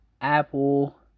apple